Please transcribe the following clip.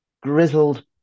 grizzled